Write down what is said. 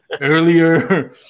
earlier